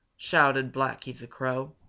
shouted blacky the crow.